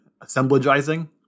assemblagizing